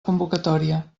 convocatòria